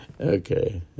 Okay